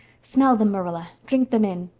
smell them, marilla drink them in.